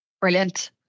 Brilliant